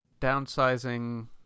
downsizing